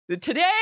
today